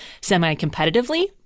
semi-competitively